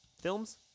films